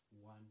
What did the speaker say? one